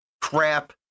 crap